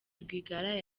rwigara